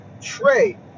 trade